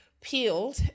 peeled